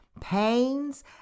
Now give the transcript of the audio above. pains